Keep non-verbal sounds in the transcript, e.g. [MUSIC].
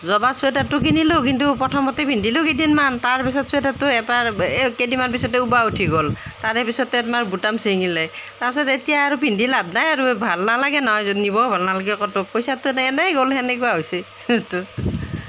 যোৱাবাৰ চোৱেটাৰটো কিনিলোঁ কিন্তু প্ৰথমতে পিন্ধিলোঁ কেইদিনমান তাৰপিছত চোৱেটাৰটো এবাৰ এ কেইদিনমান পিছতে উবা উঠি গ'ল তাৰে পিছতে আপোনাৰ বুটাম চিঙিলে তাৰ পাছত এতিয়া আৰু পিন্ধি লাভ নাই আৰু ভাল নালাগে নহয় [UNINTELLIGIBLE] পিন্ধিব ভাল নালাগে ক'তো পইচাটো এনেই গ'ল সেনেকুৱা হৈছে সেইটো